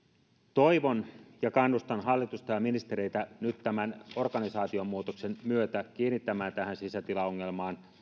kannustan hallitusta ja ministereitä nyt tämän organisaatiomuutoksen myötä kiinnittämään tähän sisätilaongelmaan